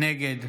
נגד